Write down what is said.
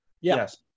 Yes